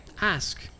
Ask